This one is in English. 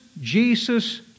Jesus